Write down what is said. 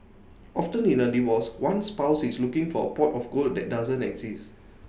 often in A divorce one spouse is looking for A pot of gold that doesn't exist